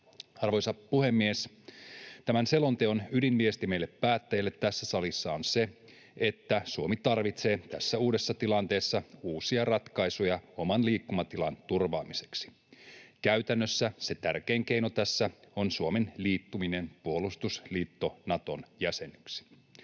Arvoisa puhemies! Tämän selonteon ydinviesti meille päättäjille tässä salissa on se, että Suomi tarvitsee tässä uudessa tilanteessa uusia ratkaisuja oman liikkumatilan turvaamiseksi. Käytännössä se tärkein keino tässä on Suomen liittyminen puolustusliitto Naton jäseneksi.